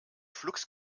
flux